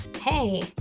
hey